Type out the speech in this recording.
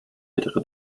ältere